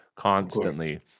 constantly